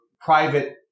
private